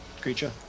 creature